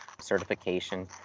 certification